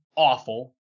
awful